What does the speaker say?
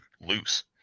loose